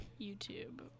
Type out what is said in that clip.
YouTube